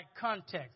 context